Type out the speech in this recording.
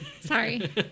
sorry